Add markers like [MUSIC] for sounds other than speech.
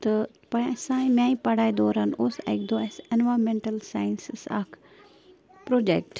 تہٕ [UNINTELLIGIBLE] سانہِ میٛانہِ پڑھاے دوران اوس اَکہِ دۄہ اَسہِ اٮ۪نوامٮ۪نٹَل ساینسَس اَکھ پروجکٹ